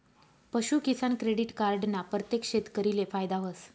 पशूकिसान credit card ना परतेक शेतकरीले फायदा व्हस